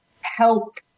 help